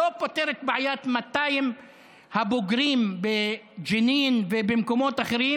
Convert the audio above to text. לא פותר את בעיית 200 הבוגרים בג'נין ובמקומות אחרים,